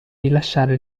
rilasciare